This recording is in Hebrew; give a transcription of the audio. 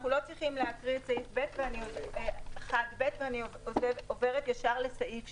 אנחנו לא צריכים לקרוא את סעיף 1(ב) ואני עוברת לפסקה